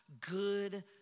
good